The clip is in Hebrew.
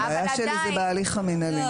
הבעיה שלי היא בהליך המינהלי.